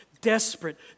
desperate